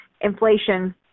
inflation